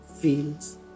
feels